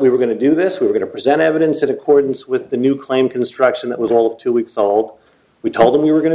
we were going to do this we're going to present evidence at accordance with the new claim construction that was all of two weeks old we told them we were going to